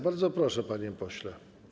Bardzo proszę, panie pośle.